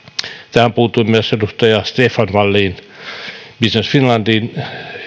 tähän puuttui myös edustaja stefan wallin business finlandiin